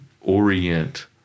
orient